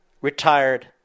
retired